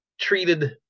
treated